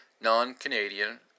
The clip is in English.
non-Canadian